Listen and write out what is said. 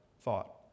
thought